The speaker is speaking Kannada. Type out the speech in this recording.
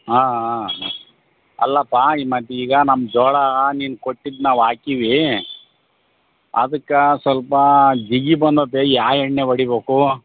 ಆಂ ಆಂ ಅಲ್ಲಪ್ಪ ಈ ಮತ್ತು ಈಗ ನಮ್ಮ ಜೋಳ ನೀನು ಕೊಟ್ಟಿದ್ದು ನಾವು ಹಾಕೀವೀ ಅದಕ್ಕೆ ಸ್ವಲ್ಪ ಜಿಗಿ ಬಂದಿದೆ ಯಾವ ಎಣ್ಣೆ ಹೊಡಿಬೋಕೂ